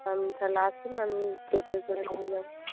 আপনি তাহলে আসুন আমি টোটোয় করে নিয়ে যাবো